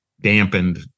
dampened